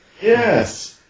Yes